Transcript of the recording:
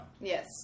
Yes